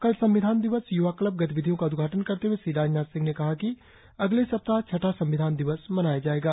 कल संविधान दिवस य्वाक्लब गतिविधियों का उद्घाटन करते हुए श्री राजनाथ सिंह ने कहा कि अगले सप्ताह छठा संविधान दिवस मनाया जा रहा है